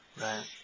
Right